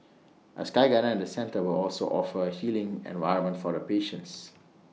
A sky garden at the centre will also offer A healing environment for the patients